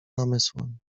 namysłem